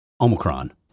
Omicron